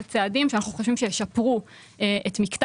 אלה הם צעדים שאנחנו חושבים ששיפרו את מקטע